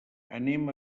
anem